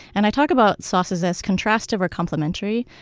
and i talk about sauces as contrastive or complementary.